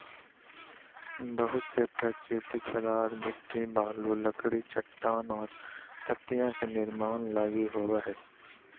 बहुत से प्राकृतिक पदार्थ मिट्टी, बालू, लकड़ी, चट्टानें और पत्तियाँ के निर्माण लगी होबो हइ